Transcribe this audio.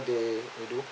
they they do